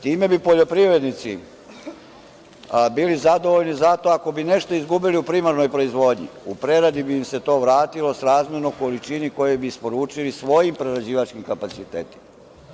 Time bi poljoprivrednici bili zadovoljni zato, ako bi nešto izgubili u primarnoj proizvodnji, u preradi bi im se to vratilo srazmerno količini koju bi isporučili svojim prerađivačkim kapacitetima.